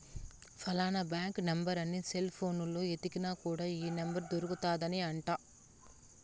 ఫలానా bank number అని cell పోనులో ఎతికిన కూడా ఈ నెంబర్ దొరుకుతాది అంట